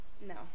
no